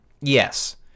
yes